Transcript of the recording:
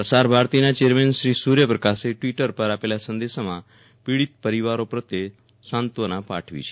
પ્રસાર ભારતીના ચેરમેન શ્રી સ્ર્ચપ્રકાશે ટ્વીટર પર આપેલા સંદેશામાં પીડિત પરિવારો પ્રત્યે સાંત્વના પાઠવી છે